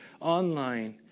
online